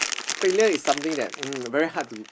failure is something that um very hard to